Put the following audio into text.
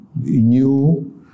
new